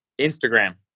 Instagram